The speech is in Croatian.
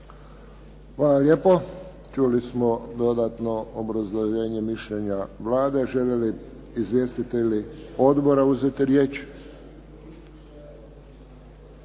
Hvala lijepo. Čuli smo dodatno obrazloženje mišljenja Vlade. Žele li izvjestitelji odbora uzeti riječ?